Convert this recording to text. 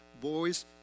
boys